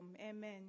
Amen